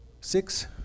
Six